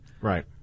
Right